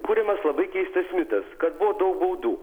kuriamas labai keistas mitas kad buvo daug baudų